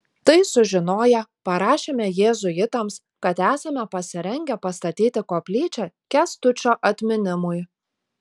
tai sužinoję parašėme jėzuitams kad esame pasirengę pastatyti koplyčią kęstučio atminimui